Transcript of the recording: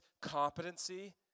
competency